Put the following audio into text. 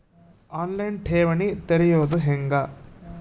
On line ಠೇವಣಿ ತೆರೆಯೋದು ಹೆಂಗ?